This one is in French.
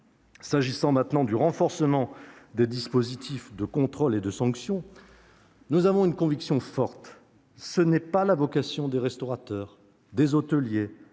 Troisièmement, concernant le renforcement des dispositifs de contrôle et de sanction, nous avons une conviction forte : ce n'est pas la vocation des restaurateurs, des hôteliers,